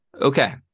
Okay